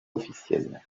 officiel